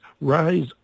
Rise